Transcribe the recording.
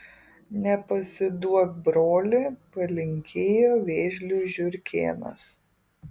nepasiduok broli palinkėjo vėžliui žiurkėnas